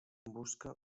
busca